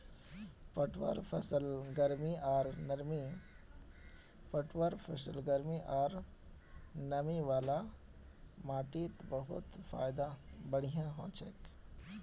पटवार फसल गर्मी आर नमी वाला माटीत बहुत बढ़िया हछेक